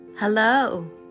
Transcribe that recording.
Hello